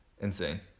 insane